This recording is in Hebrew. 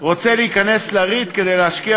רוצה להיכנס לריט כדי להשקיע